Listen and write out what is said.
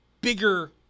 bigger